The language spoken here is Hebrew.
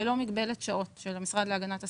ללא מגבלת שעות של המשרד להגנת הסביבה,